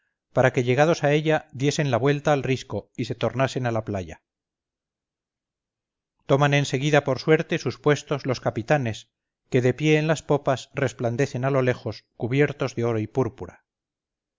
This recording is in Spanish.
para que llegados a ella diesen la vuelta al risco y se tornasen a la playa toman en seguida por suerte sus puestos los capitanes que de pie en las popas resplandecen a lo lejos cubiertos de oro y púrpura